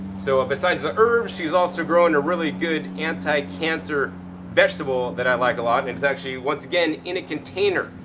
so ah besides the herbs, she's also growing a really good anti-cancer vegetable that i like a lot. and it's actually, once again, in a container.